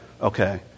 okay